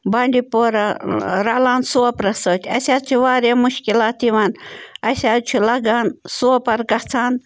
بانٛڈی پورہ رَلان سوپرَس سۭتۍ اَسہِ حظ چھِ واریاہ مُشکِلات یِوان اَسہِ حظ چھُ لگان سوپَر گژھان